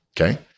okay